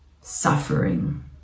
suffering